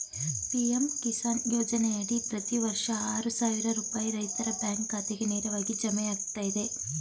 PM Kisan ಯೋಜನೆಯಡಿ ಪ್ರತಿ ವರ್ಷ ಆರು ಸಾವಿರ ರೂಪಾಯಿ ರೈತರ ಬ್ಯಾಂಕ್ ಖಾತೆಗೆ ನೇರವಾಗಿ ಜಮೆಯಾಗ್ತದೆ